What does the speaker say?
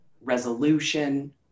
resolution